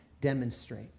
Demonstrate